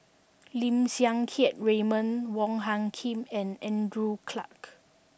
Lim Siang Keat Raymond Wong Hung Khim and Andrew Clarke